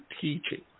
teaching